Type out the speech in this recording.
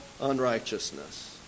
unrighteousness